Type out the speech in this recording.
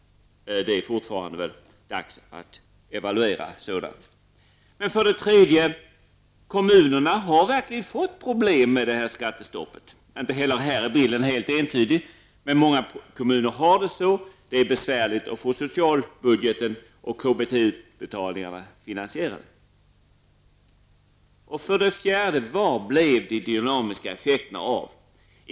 Det är dags att evaluera sådant. För det tredje har kommunerna verkligen fått problem med skattestoppet. Inte heller här är bilden helt entydig. Men många kommuner har svårt att få socialbudgeten och KBT För det fjärde kan man undra var de dynamiska effekterna blev av.